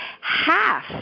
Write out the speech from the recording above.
Half